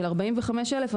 של 45 אלף,